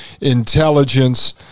intelligence